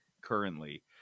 currently